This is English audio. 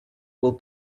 will